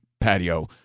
patio